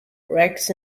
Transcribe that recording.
rex